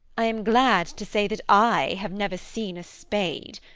i am glad to say that i have never seen a spade.